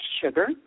sugar